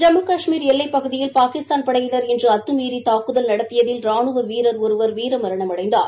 ஜம்மு கஷ்மீர் எல்லைப்பகுதியில் பாகிஸ்தான் படையினர் இன்று அத்துமீறி தாக்குதல் நடத்தியதில் ராணுவ வீரர் ஒருவர் வீரமரணம் அடைந்தார்